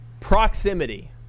proximity